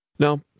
Now